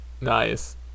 Nice